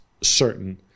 certain